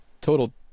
total